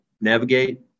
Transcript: navigate